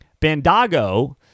Bandago